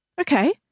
Okay